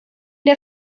der